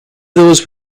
those